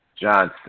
Johnson